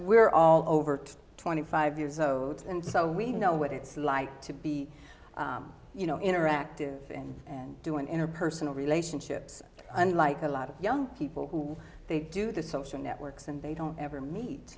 we're all over twenty five years old and so we know what it's like to be you know interactive and do it in a personal relationships unlike a lot of young people who they do the social networks and they don't ever meet